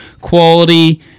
quality